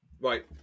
Right